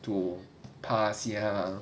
to pass ya